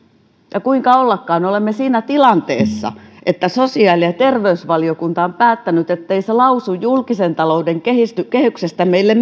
ja kuinka ollakaan olemme siinä tilanteessa että sosiaali ja terveysvaliokunta on päättänyt ettei se lausu julkisen talouden kehyksestä meille